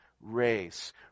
race